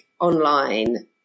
online